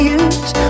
use